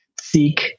seek